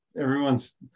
everyone's